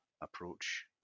approach